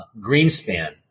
Greenspan